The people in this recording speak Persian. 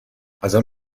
ازم